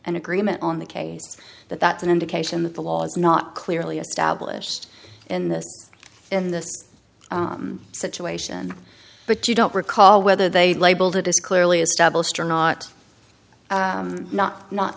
an agreement on the case that that's an indication that the law is not clearly established in this in this situation but you don't recall whether they labeled it is clearly established or not not not